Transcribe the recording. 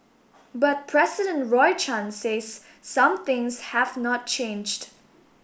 but president Roy Chan says some things have not changed